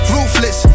Ruthless